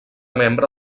membre